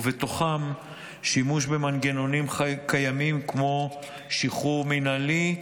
ובתוכם שימוש במנגנונים קיימים כמו שחרור מינהלי,